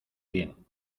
bien